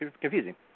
confusing